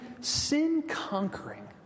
sin-conquering